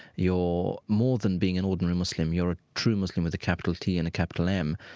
you're more than being an ordinary muslim. you're a true muslim with a capital t and capital m.